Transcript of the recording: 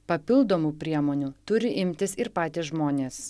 papildomų priemonių turi imtis ir patys žmonės